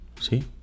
See